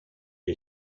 est